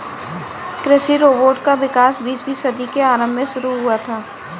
कृषि रोबोट का विकास बीसवीं सदी के आरंभ में शुरू हुआ था